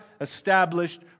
established